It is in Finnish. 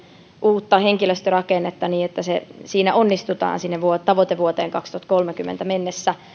uutta henkilöstörakennetta niin että siinä onnistutaan tavoitevuoteen kaksituhattakolmekymmentä mennessä